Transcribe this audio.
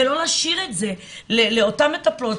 ולא להשאיר את זה לאותן מטפלות,